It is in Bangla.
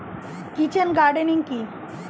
কিচেন গার্ডেনিং কি?